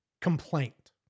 complaint